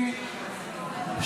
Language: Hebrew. האפליה הזאת מחלחלת גם לצבא.